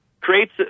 creates